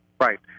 Right